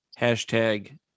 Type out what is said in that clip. hashtag